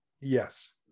Yes